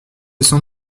sans